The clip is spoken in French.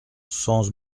sens